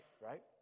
right